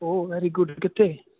ਉਹ very good ਕਿੱਥੇ